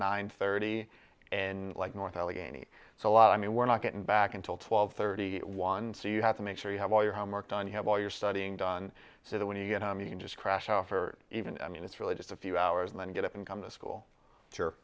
nine thirty in like north allegheny so a lot i mean we're not getting back until twelve thirty one so you have to make sure you have all your homework done you have all your studying done so that when you get home you can just crash off or even i mean it's really just a few hours and then you get up and come the school